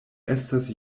estas